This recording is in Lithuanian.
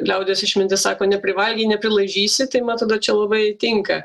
liaudies išmintis sako neprivalgei neprilaižysi tai man tada čia labai tinka